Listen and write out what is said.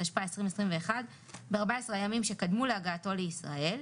התשפ"א 2021 ב-14 הימים שקדמו להגעתו לישראל,